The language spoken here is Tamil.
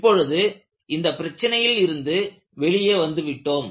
இப்பொழுது இந்த பிரச்சனையில் இருந்து வெளியே வந்துவிட்டோம்